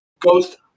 Ghost